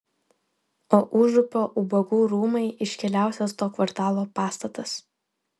o užupio ubagų rūmai iškiliausias to kvartalo pastatas